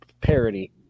parody